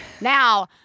Now